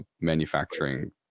manufacturing